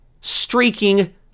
streaking